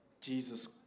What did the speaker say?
jesus